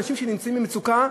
אנשים שנמצאים במצוקה,